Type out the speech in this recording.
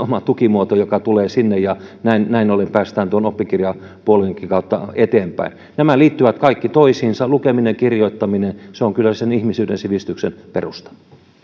oma tukimuoto joka tulee sinne ja näin näin ollen päästään tuon oppikirjapuolenkin kautta eteenpäin nämä liittyvät kaikki toisiinsa lukeminen kirjoittaminen ne ovat kyllä ihmisyyden ja sivistyksen perusta